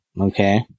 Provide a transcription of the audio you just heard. Okay